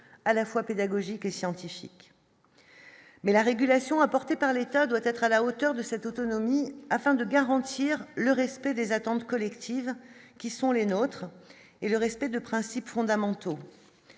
à la fois pédagogique et scientifique. Mais la régulation apportée par l'État doit être à la hauteur de cette autonomie afin de garantir le respect des attentes collectives qui sont les nôtres et le respect de principes fondamentaux,